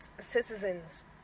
citizens